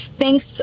Thanks